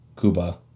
Cuba